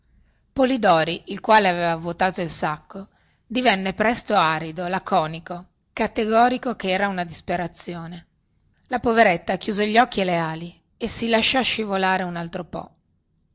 polidori il quale aveva vuotato il sacco divenne presto arido laconico categorico che era una disperazione la poveretta chiuse gli occhi e le ali e si lasciò scivolare un altro po